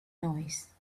noise